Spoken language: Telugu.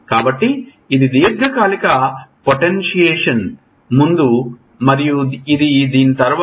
కాబట్టి ఇది దీర్ఘకాలిక పొటెన్షియేషన్ ముందు మరియు ఇది దాని తరువాత